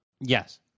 Yes